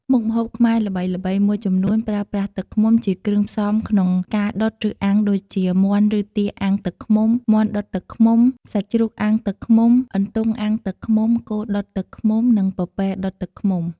មុខម្ហូបខ្មែរល្បីៗមួយចំនួនប្រើប្រាស់ទឹកឃ្មុំជាគ្រឿងផ្សំក្នុងការដុតឬអាំងដូចជា មាន់ឬទាអាំងទឹកឃ្មុំ មាន់ដុតទឹកឃ្មុំ សាច់ជ្រូកអាំងទឹកឃ្មុំ អន្ទង់អាំងទឹកឃ្មុំ គោដុតទឹកឃ្មុំ និងពពែដុតទឹកឃ្មុំ។